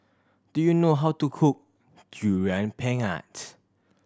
do you know how to cook Durian Pengat